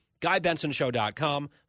GuyBensonShow.com